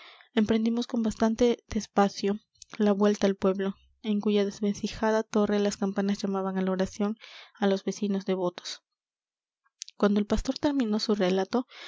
emprendimos con bastante despacio la vuelta al pueblo en cuya desvencijada torre las campanas llamaban á la oración á los vecinos devotos cuando el pastor terminó su relato